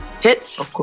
hits